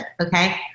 okay